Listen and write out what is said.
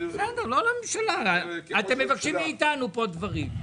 אתם מבקשים מאיתנו דברים.